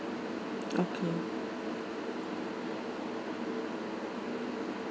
okay